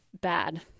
Bad